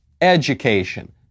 education